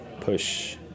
push